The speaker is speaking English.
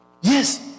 Yes